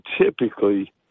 typically –